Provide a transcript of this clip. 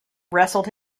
wrestled